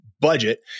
budget